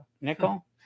nickel